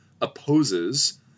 opposes